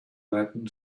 latin